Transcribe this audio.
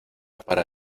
para